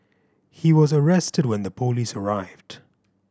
he was arrested when the police arrived